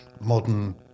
modern